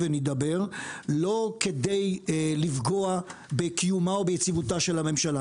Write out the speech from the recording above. ונדבר ולא כדי לפגוע בקיומה או ביציבותה של הממשלה.